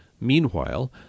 Meanwhile